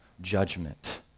judgment